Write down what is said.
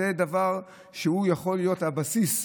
זה דבר שיכול להיות הבסיס,